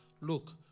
look